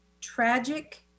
tragic